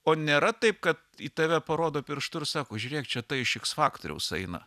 o nėra taip kad į tave parodo pirštu ir sako žiūrėk čia ta iš iks faktoriaus eina